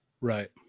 right